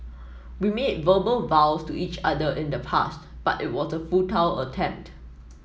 we made verbal vows to each other in the past but it was a futile attempt